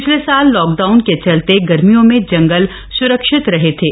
पिछले साल लॉकडाउन के चलते गर्मियों में जंगल सुरक्षित रहे थे